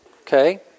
okay